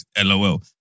LOL